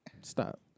Stop